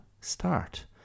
start